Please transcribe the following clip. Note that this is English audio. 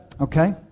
okay